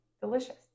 delicious